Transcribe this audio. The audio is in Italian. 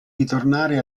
ritornare